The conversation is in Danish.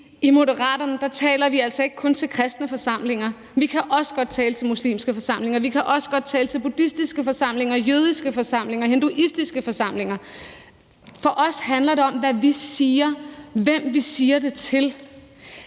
I Moderaterne taler vi altså ikke kun til kristne forsamlinger. Vi kan også godt tale til muslimske forsamlinger. Vi kan også godt tale til buddhistiske forsamlinger, jødiske forsamlinger, hinduistiske forsamlinger. For os handler det om, hvad vi siger, og hvem vi siger det til.